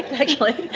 actually.